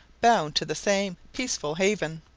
bound to the same peaceful haven.